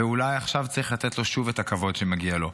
ואולי עכשיו צריך לתת לו שוב את הכבוד שמגיע לו.